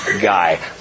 guy